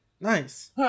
Nice